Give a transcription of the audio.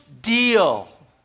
deal